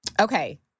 Okay